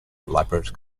elaborate